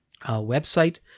website